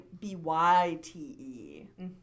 B-Y-T-E